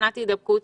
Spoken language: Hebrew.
בסכנת הידבקות